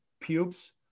pubes